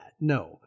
No